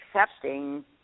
accepting